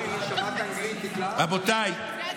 רבותיי,